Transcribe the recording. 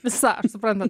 visa ar suprantat